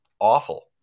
awful